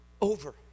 over